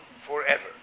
forever